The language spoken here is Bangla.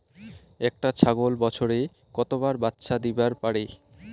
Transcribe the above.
একটা ছাগল বছরে কতবার বাচ্চা দিবার পারে?